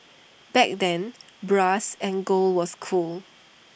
back then brass and gold was cool